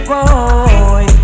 Boy